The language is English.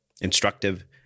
instructive